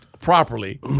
properly